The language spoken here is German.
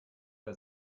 bei